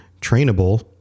trainable